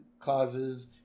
causes